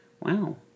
Wow